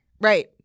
right